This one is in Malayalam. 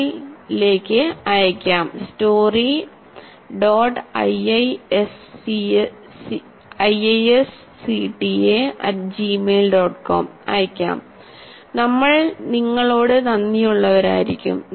com ലേക്ക് അയയ്ക്കാം നമ്മൾ നിങ്ങളോട് നന്ദിയുള്ളവരായിരിക്കും